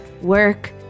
work